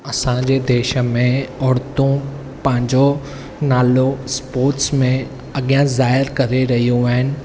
असांजे देश में औरतूं पंहिंजो नालो स्पोर्ट्स में अॻियां ज़ाहिर करे रहियूं आहिनि